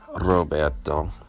Roberto